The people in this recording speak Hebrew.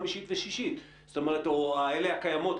חמישית ושישית או אלה הקיימות,